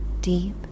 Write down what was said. deep